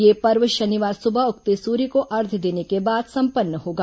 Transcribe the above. यह पर्व शनिवार सुबह उगते सूर्य को अर्घ्य देने के बाद संपन्न होगा